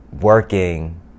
working